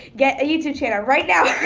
get a youtube channel right now,